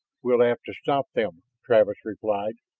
we'll have to stop them, travis replied,